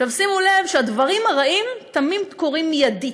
עכשיו, שימו לב שהדברים הרעים תמיד קורים מיידית,